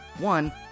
One